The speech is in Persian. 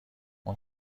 اون